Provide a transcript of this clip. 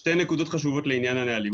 שתי נקודות חשובות לעניין הנהלים.